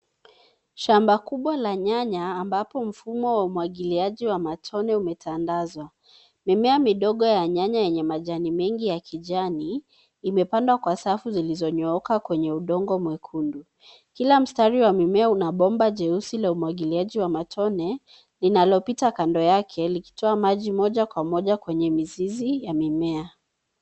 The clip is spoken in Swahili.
Shamba kubwa la nyanya ambapo mfumo wa umwagiliaji wa matone umetandazwa. Mimea midogo ya nyanya yenye majani mengi ya kijani, imepandwa kwa safu zilizonyooka kwenye udongo mwekundu. Kila mstari wa mimea una bomba jeusi la umwagiliaji wa matone, linalopita kando yake likitoa maji moja kwa moja kwenye mizizi ya mimea.